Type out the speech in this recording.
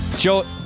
Joe